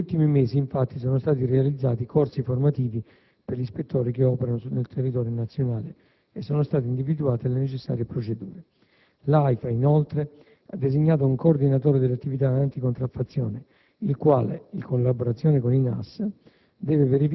Negli ultimi mesi, infatti, sono stati realizzati corsi formativi per gli ispettori che operano sul territorio nazionale e sono state individuate le necessarie procedure. L'AIFA, inoltre, ha designato un coordinatore delle attività anticontraffazione il quale, in collaborazione con i NAS,